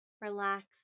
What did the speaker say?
relax